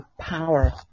power